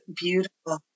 beautiful